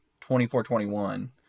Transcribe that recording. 24-21